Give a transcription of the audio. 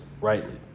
rightly